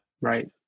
right